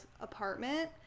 apartment